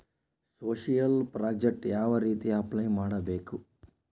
Social project ಯಾವ ರೇತಿ apply ಮಾಡಬೇಕು?